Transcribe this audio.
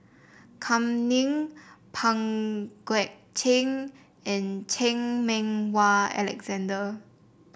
Kam Ning Pang Guek Cheng and Chan Meng Wah Alexander